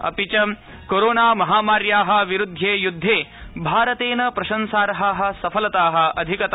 अपिच कोरोनामहामार्याः विरुध्ये युद्धे भारतेन प्रशंसार्हाः सफलता अधिगता